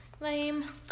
Lame